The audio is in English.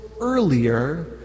earlier